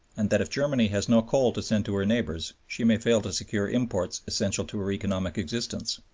and that if germany has no coal to send to her neighbors she may fail to secure imports essential to her economic existence.